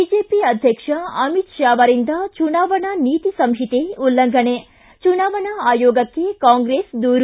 BJP ಅಧ್ಯಕ್ಷ ಅಮಿತ್ ಷಾ ಅವರಿಂದ ಚುನಾವಣಾ ನೀತಿ ಸಂಹಿತೆ ಉಲ್ಲಂಘನೆ ಚುನಾವಣಾ ಆಯೋಗಕ್ಕೆ ಕಾಂಗ್ರೆಸ್ ದೂರು